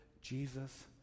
Jesus